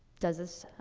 does this,